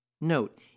Note